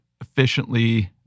efficiently